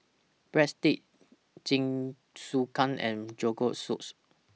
Breadsticks Jingisukan and Rogan Josh